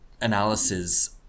analysis